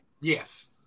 Yes